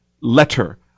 letter